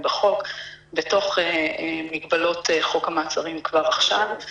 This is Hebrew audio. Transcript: בחוק בתוך מגבלות חוק המעצרים כבר עכשיו,